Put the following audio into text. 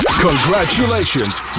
Congratulations